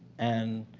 and,